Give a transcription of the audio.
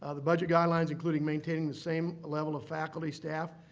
ah the budget guidelines including maintaining the same level of faculty, staff,